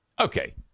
Okay